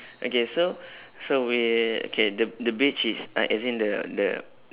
okay so so wait okay the the beach is uh as in the the